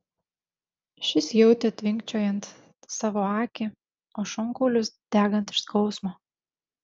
šis jautė tvinkčiojant savo akį o šonkaulius degant iš skausmo